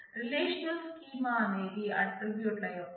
relational schema అనేది ఆట్రిబ్యూట్ల యొక్క సెట్